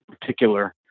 particular